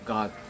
God